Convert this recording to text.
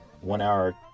one-hour